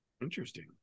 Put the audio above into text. Interesting